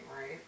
right